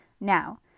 Now